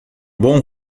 bom